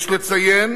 יש לציין